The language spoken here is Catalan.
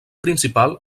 principal